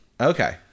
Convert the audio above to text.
Okay